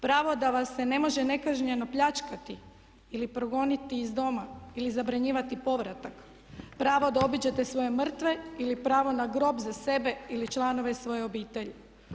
Pravo da vas ne može nekažnjeno pljačkati ili progoniti iz doma ili zabranjivati povratak, pravo da obiđete svoje mrtve ili pravo na grob za sebe ili članove svoje obitelji.